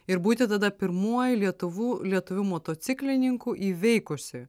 ir būti tada pirmuoju lietuvų lietuviu motociklininku įveikusi